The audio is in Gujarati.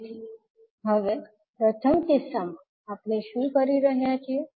તેથી હવે પ્રથમ કિસ્સામાં આપણે શું કરી રહ્યા છીએ